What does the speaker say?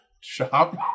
shop